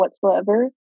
whatsoever